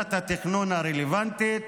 מוועדת התכנון הרלוונטית